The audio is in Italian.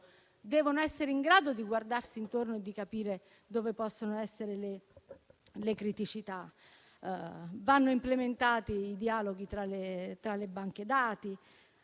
infatti essere in grado di guardarsi intorno e di capire dove possono essere le criticità. Vanno inoltre implementati i dialoghi tra le banche dati